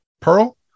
Pearl